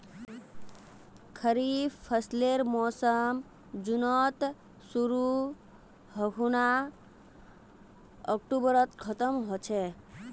खरीफ फसलेर मोसम जुनत शुरु है खूना अक्टूबरत खत्म ह छेक